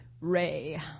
Ray